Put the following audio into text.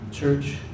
church